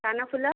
କାନଫୁଲ